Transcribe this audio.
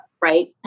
right